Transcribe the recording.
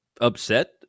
upset